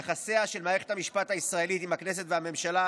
יחסיה של מערכת המשפט הישראלית עם הכנסת והממשלה